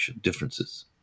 differences